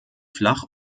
flach